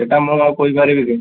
ସେଇଟା ମୁଁ ଆଉ କହିପାରିବି କି